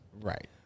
Right